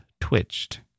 twitched